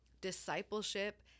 discipleship